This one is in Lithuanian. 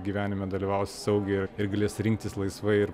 gyvenime dalyvaus saugiai ir ir galės rinktis laisvai ir